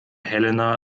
helena